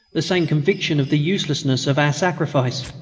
the same conviction of the uselessness of our sacrifice.